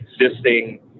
existing